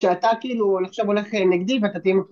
כשאתה כאילו נחשב הולך נגדי ואתה תהיה מפחד